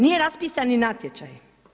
Nije raspisan ni natječaj.